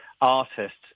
artist's